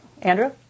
Andrew